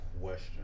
Question